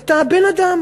את הבן-אדם